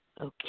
Okay